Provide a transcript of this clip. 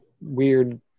weird